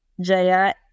Jaya